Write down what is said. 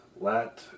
lat